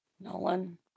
Nolan